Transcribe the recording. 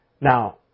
Now